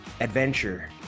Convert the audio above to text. adventure